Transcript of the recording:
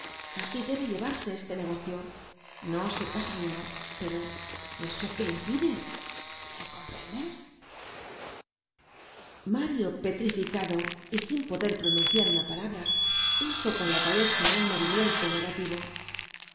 asi debe llevarse este negocio no se casa uno pero eso qué impide me comprendes mario petrificado y sin poder pronunciar una palabra hizo con la cabeza un movimiento negativo